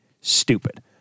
stupid